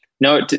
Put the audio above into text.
no